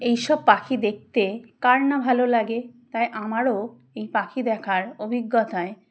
এই সব পাখি দেখতে কার না ভালো লাগে তাই আমারও এই পাখি দেখার অভিজ্ঞতায়